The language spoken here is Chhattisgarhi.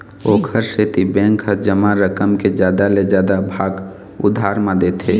ओखर सेती बेंक ह जमा रकम के जादा ले जादा भाग उधार म देथे